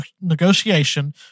negotiation